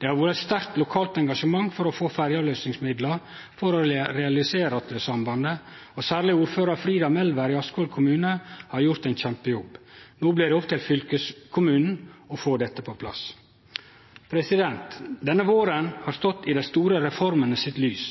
Det har vore eit sterkt lokalt engasjement for å få ferjeavløysingsmidlar for å realisere Atløysambandet, og særleg ordførar Frida Melvær i Askvoll kommune har gjort ein kjempejobb. No blir det opp til fylkeskommunen å få dette på plass. Denne våren har stått i dei store reformene sitt lys.